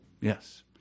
Yes